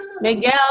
Miguel